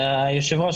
היושב-ראש,